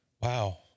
Wow